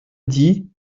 dit